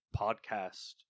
Podcast